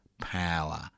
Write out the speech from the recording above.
power